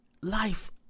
life